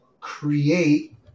create